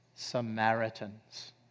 Samaritans